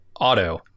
auto